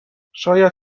شاید